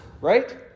right